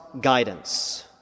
guidance